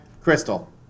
Crystal